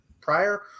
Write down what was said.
prior